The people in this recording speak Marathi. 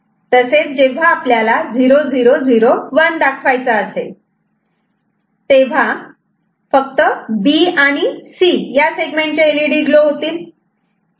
तसेच जेव्हा आपल्याला 0001 दाखवायचा असेल तेव्हा b आणि c या सेगमेंटचे एलईडी ग्लो होतील